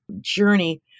journey